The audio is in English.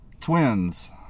Twins